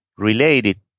related